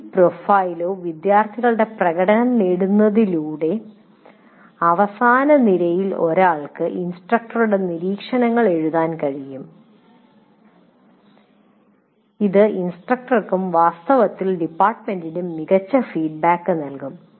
ഈ പ്രൊഫൈലോ വിദ്യാർത്ഥികളുടെ പ്രകടനമോ നേടുന്നതിലൂടെ അവസാന നിരയിൽ ഒരാൾക്ക് ഇൻസ്ട്രക്ടറുടെ നിരീക്ഷണങ്ങൾ എഴുതാൻ കഴിയും ഇത് ഇൻസ്ട്രക്ടർക്കും വാസ്തവത്തിൽ ഡിപ്പാർട്ട്മെന്റിനും മികച്ച ഫീഡ്ബാക്ക് നൽകും